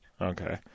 Okay